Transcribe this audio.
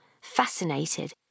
fascinated